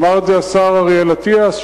אמר את זה השר אריאל אטיאס,